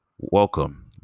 welcome